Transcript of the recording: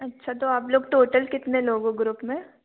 अच्छा तो आप लोग टोटल कितने लोग हो ग्रुप में